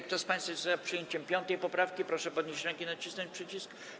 Kto z państwa jest za przyjęciem 5. poprawki, proszę podnieść rękę i nacisnąć przycisk.